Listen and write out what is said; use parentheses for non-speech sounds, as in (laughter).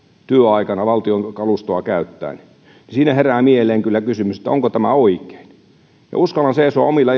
työaikana valtion kalustoa käyttäen niin siinä herää mieleen kyllä kysymys että onko tämä oikein ja uskallan seisoa omilla (unintelligible)